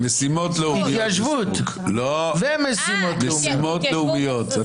התיישבות ומשימות לאומיות.